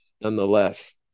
nonetheless